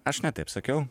aš ne taip sakiau